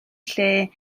lle